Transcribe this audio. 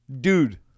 dude